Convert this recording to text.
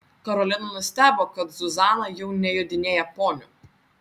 karolina nustebo kad zuzana jau nejodinėja poniu